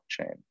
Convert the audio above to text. blockchain